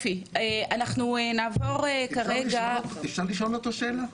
אנחנו נעבור כרגע --- אפשר לשאול אותו שאלה קטנה?